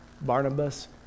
Barnabas